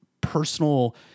personal